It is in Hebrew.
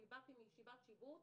באתי מישיבת שיבוץ,